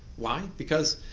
why? because,